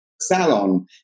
salon